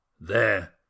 There